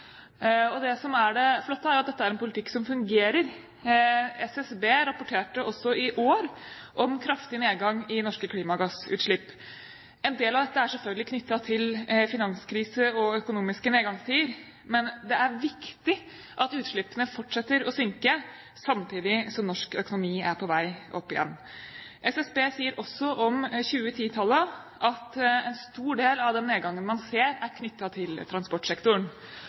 vekt. Det som er det flotte, er at dette er en politikk som fungerer. SSB rapporterte også i år om kraftig nedgang i norske klimagassutslipp. En del av dette er selvfølgelig knyttet til finanskrise og økonomiske nedgangstider, men det er viktig at utslippene fortsetter å synke samtidig som norsk økonomi er på vei opp igjen. SSB sier også om 2010-tallet at en stor del av den nedgangen man ser, er knyttet til transportsektoren.